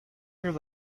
日本